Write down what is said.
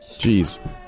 Jeez